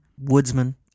woodsman